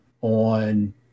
on